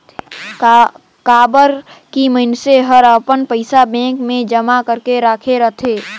काबर की मइनसे हर अपन पइसा बेंक मे जमा करक राखे रथे